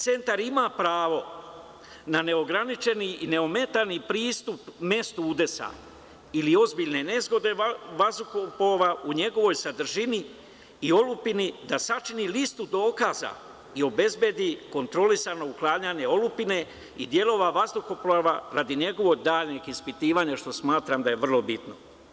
Centar ima pravo na neograničeni i neometani pristup mestu udesa ili ozbiljne nezgode vazduhoplova u njegovoj sadržini i olupini da sačini listu dokaza i obezbedi kontrolisano otklanjanje olupine i delova vazduhoplova radi njegovog daljeg ispitivanja, što smatram da je vrlo bitno.